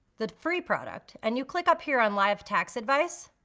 the free product, and you click up here on live tax advice,